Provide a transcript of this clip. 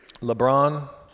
LeBron